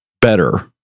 better